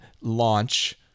launch